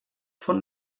von